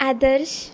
आदर्श